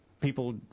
people